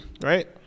right